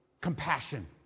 compassion